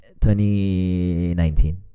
2019